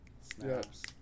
Snaps